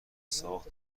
ساخت